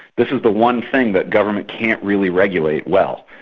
this is the one thing that government can't really regulate well.